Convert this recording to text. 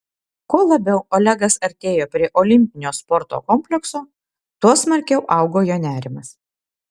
kuo labiau olegas artėjo prie olimpinio sporto komplekso tuo smarkiau augo jo nerimas